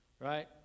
Right